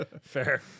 Fair